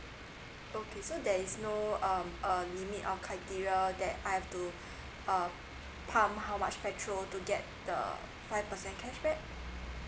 okay so there's no um uh limit or criteria that I've to uh pump how much petrol to get the five percent cashback